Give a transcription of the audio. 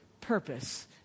purpose